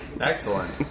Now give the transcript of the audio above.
Excellent